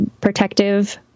protective